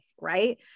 right